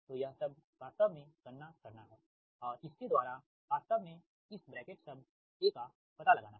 तो यह शब्द वास्तव में गणना करना है और इसके द्वारा वास्तव में इस ब्रैकेट शब्द A का पता लगाना है